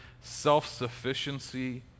Self-sufficiency